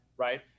Right